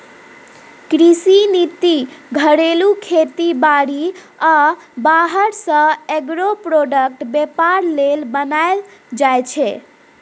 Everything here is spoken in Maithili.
कृषि नीति घरेलू खेती बारी आ बाहर सँ एग्रो प्रोडक्टक बेपार लेल बनाएल जाइ छै